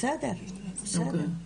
בסדר, בסדר.